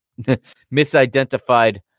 misidentified